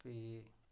फ्ही